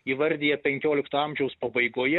įvardija penkiolikto amžiaus pabaigoje